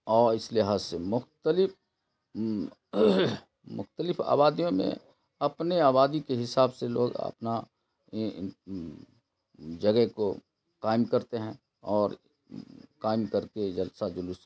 اور اس لحاظ سے مختلف مختلف آبادیوں میں اپنے آبادی کے حساب سے لوگ اپنا جگہ کو قائم کرتے ہیں اور قائم کر کے جلسہ جلوس